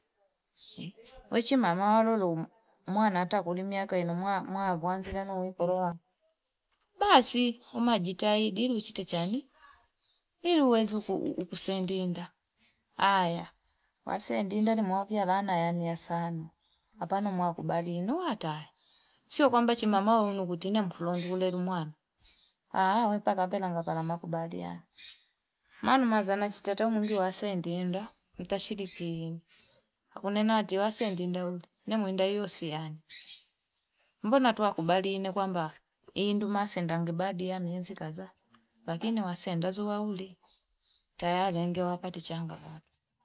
We chimama alolongwa mwana hata kuli miaka ina mwa mwa wanzia koloakwe basi umajitahidi ili uchite chani, ili uwezi kukusendi winda aya basi andinde nimwavia alana yan ya sane hapa mwani kubali nuatae sio kwamba chimamaa ono kuti nofuangu uleli mwana mpakapela ngamakubaliano manumazi na chitoto mwingi wa sendi enda nitashiriki, ukunena ati wasendi mda mwendayo siani mbona tu akubali ine kwamba indu masenda miezi kadha lakini wasenda wazi wauli tayari anagawipati changamoto.